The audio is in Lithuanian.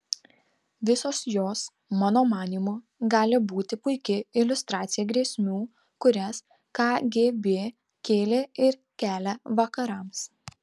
visos jos mano manymu gali būti puiki iliustracija grėsmių kurias kgb kėlė ir kelia vakarams